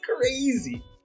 crazy